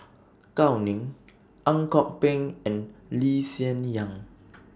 Gao Ning Ang Kok Peng and Lee Hsien Yang